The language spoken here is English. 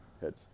Heads